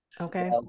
Okay